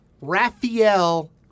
Raphael